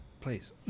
please